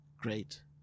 great